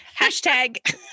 Hashtag